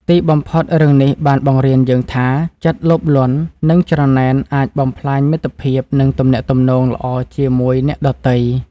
ទីបំផុត រឿងនេះបានបង្រៀនយើងថា ចិត្តលោភលន់និងច្រណែនអាចបំផ្លាញមិត្តភាពនិងទំនាក់ទំនងល្អជាមួយអ្នកដទៃ។